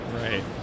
right